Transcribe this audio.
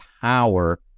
power